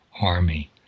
army